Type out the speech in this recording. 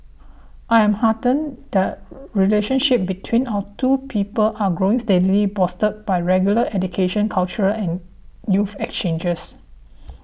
I am heartened the relationship between our two peoples are growing steadily bolstered by regular educational cultural and youth exchanges